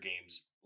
games